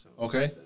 Okay